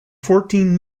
fourteen